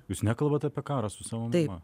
jūs nekalbat apie karą su savo mama